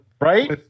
Right